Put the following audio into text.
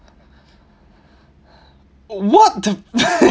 what the